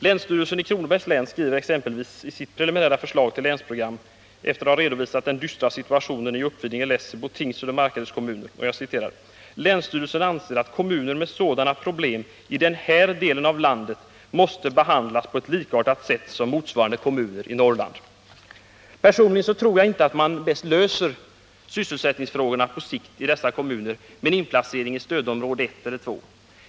Länsstyrelsen i Kronobergs län skriver exempelvis i sitt preliminära förslag till länsprogram efter att ha redovisat den dystra situationen i Uppvidinge, Lessebo, Tingsryds och Markaryds kommuner: ”Länsstyrelsen anser att kommuner med sådana problem i den här delen av landet måste behandlas på ett likartat sätt som motsvarande kommuner i Norrland.” Personligen tror jag inte att man bäst löser sysselsättningsfrågorna på sikt i dessa kommuner med en inplacering i stödområde 1 eller 2.